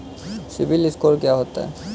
CIBIL score क्या होता है?